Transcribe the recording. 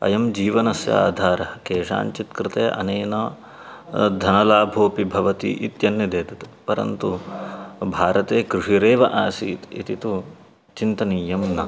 अयं जीवनस्य आधारः केषाञ्चित् कृते अनेन धनलाभोऽपि भवति इत्यन्यदेतत् परन्तु भारते कृषिरेव आसीत् इति तु चिन्तनीयं न